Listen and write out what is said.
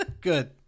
good